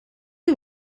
you